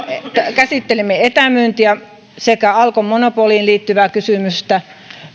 käsittelimme etämyyntiä sekä alkon monopoliin liittyvää kysymystä